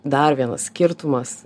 dar vienas skirtumas